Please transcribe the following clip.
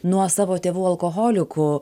nuo savo tėvų alkoholikų